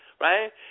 right